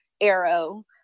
arrow